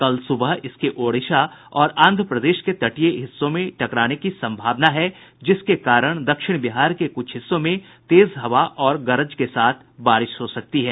कल सुबह इसके ओडीशा और आंध्र प्रदेश के तटीय हिस्सों से टकराने की संभावना है जिसके कारण दक्षिण बिहार के कुछ हिस्सों में तेज हवा और गरज के साथ बारिश हो सकती है